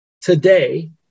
today